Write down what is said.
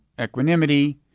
equanimity